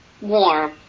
Warm